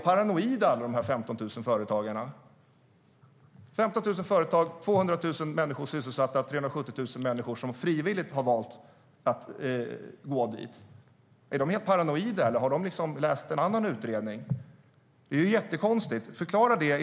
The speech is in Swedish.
Är alla 15 000 företagare, 200 000 sysselsatta människor och 370 000 människor som frivilligt har valt ett privat alternativ helt paranoida? Eller har de läst en annan utredning? Det är ju jättekonstigt. Förklara det!